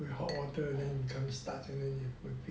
with hot water then become starch and then you